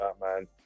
Batman